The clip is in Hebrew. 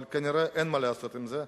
אבל כנראה אין מה לעשות עם זה.